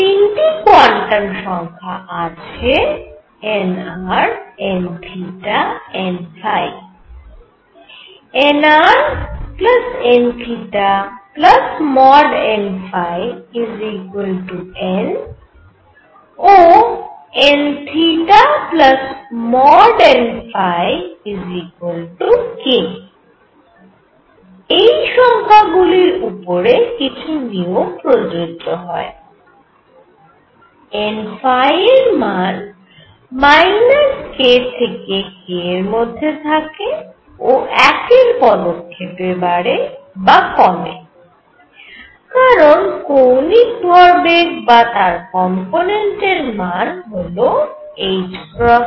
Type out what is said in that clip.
তিনটি কোয়ান্টাম সংখ্যা আছে nrnn nrnnn ও nnk এই সংখ্যা গুলির উপরে কিছু নিয়ম প্রযোজ্য হয় n এর মান k থেকে k এর মধ্যে থাকে ও 1 এর পদক্ষেপে বাড়ে বা কমে কারণ কৌণিক ভরবেগ বা তার কম্পোনেন্টের মান হল k